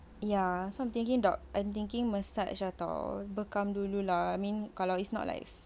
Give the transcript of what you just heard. ya so I'm thinking about I'm thinking massage atau bekam dulu lah I mean kalau it's not like